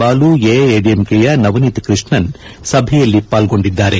ಬಾಲು ಎಐಡಿಎಂಕೆಯ ನವನೀತ ಕೃಷ್ಣನ್ ಸಭೆಯಲ್ಲಿ ಪಾಲ್ಲೊಂಡಿದ್ದಾರೆ